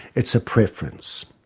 it's a preference.